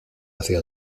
hacia